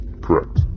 Correct